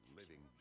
living